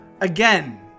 Again